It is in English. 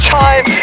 time